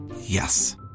Yes